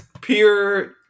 pure